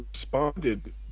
responded